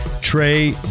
Trey